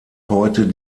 heute